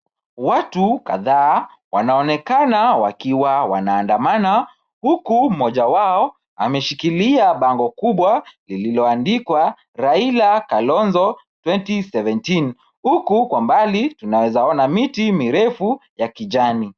Watu kadhaa wanaonekana wakiwa wanaandamana huku mmoja wao ameshikilia bango kubwa lililoandikwa Raila, Kalonzo 2017. Huku kwa mbali tunawezaona miti mirefu ya kijani.